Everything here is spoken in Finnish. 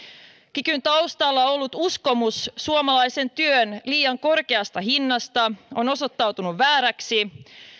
kikyn taustalla ollut uskomus suomalaisen työn liian korkeasta hinnasta on osoittautunut vääräksi